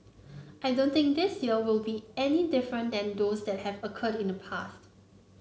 I don't think this year will be any different than those that have occurred in the past